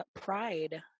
Pride